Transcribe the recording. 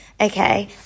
okay